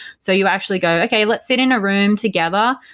so you actually go, okay, let's sit in a room together.